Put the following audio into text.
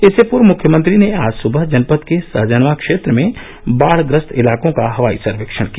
इससे पूर्व मुख्यमंत्री ने आज सुबह जनपद के सहजनवा क्षेत्र में बाढग्रस्त इलाकों का हवाई सर्वेक्षण किया